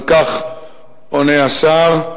על כך עונה השר: